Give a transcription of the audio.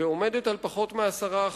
פחות מ-10%.